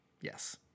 Yes